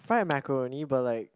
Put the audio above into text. fried macaroni but like